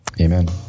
amen